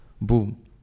boom